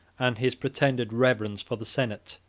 and his pretended reverence for the senate.